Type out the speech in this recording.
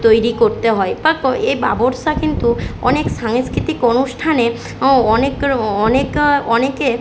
তৈরি করতে হয় বা ক এ বাবরসা কিন্তু অনেক সাংস্কৃতিক অনুষ্ঠানে ও অনেক র অ অনেক অনেকে